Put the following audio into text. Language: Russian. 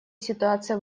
ситуация